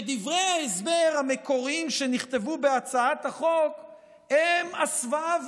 ודברי ההסבר המקוריים שנכתבו בהצעת החוק הם הסוואה והונאה.